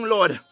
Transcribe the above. Lord